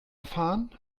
fahren